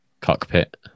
Cockpit